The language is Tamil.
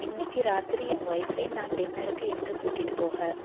இன்றைக்கு ராத்திரி என் வொய்ஃபை நான் டின்னருக்கு எங்கே கூட்டிகிட்டு போக